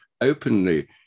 openly